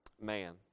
man